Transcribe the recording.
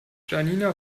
janina